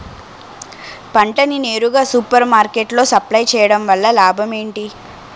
పంట ని నేరుగా సూపర్ మార్కెట్ లో సప్లై చేయటం వలన లాభం ఏంటి?